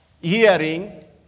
hearing